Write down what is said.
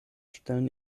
stellen